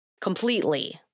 Completely